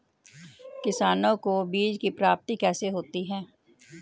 किसानों को बीज की प्राप्ति कैसे होती है?